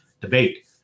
debate